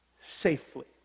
safely